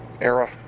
era